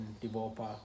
developer